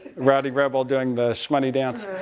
rowdy rebel doing the shmoney dance.